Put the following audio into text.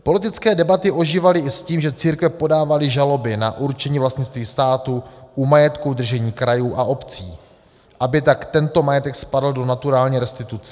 Politické debaty ožívaly i s tím, že církve podávaly žaloby na určení vlastnictví státu u majetku v držení krajů a obcí, aby tak tento majetek spadl do naturální restituce.